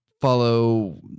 follow